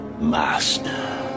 master